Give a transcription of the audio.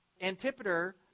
Antipater